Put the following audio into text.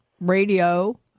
radio